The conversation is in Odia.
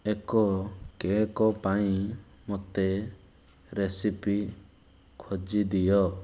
ଏକ କେକ୍ ପାଇଁ ମୋତେ ରେସିପି ଖୋଜି ଦିଅ